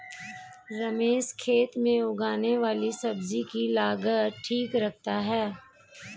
रमेश खेत में उगने वाली सब्जी की लागत ठीक रखता है